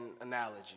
analogy